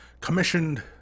commissioned